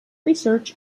research